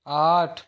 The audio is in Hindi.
आठ